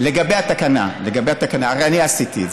לגבי התקנה, הרי אני עשיתי את זה.